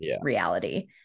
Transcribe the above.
reality